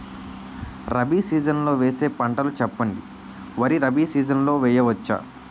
Rabi season లో వేసే పంటలు చెప్పండి? వరి రబీ సీజన్ లో వేయ వచ్చా?